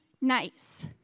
nice